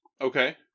Okay